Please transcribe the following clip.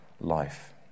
life